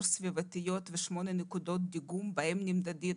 סביבתיות ושמונה נקודות דיגום בהן נמדדים